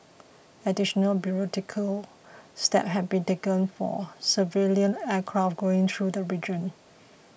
additional bureaucratic steps have to be taken for civilian aircraft going through the region